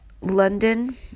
London